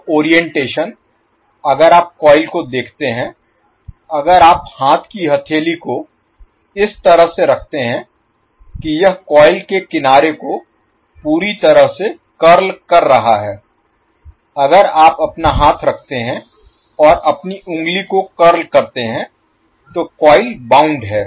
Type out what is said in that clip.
तो ओरिएंटेशन अगर आप कॉइल को देखते हैं अगर आप हाथ की हथेली को इस तरह से रखते हैं कि यह कॉइल के किनारे को पूरी तरह से कर्ल कर रहा है अगर आप अपना हाथ रखते हैं और अपनी उंगली को कर्ल करते हैं तो कॉइल बाउंड है